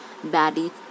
baddie